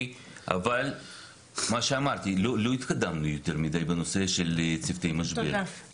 לא התקדמנו יותר מידי בנושא של צוותי משבר.